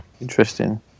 Interesting